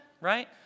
Right